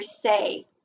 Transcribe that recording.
say